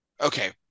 okay